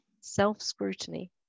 Self-scrutiny